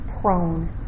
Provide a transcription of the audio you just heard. prone